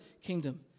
kingdom